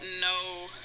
no